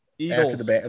Eagles